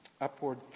upward